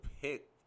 pick